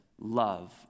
love